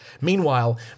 Meanwhile